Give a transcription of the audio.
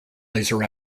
laser